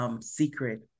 secret